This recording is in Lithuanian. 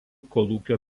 kolūkio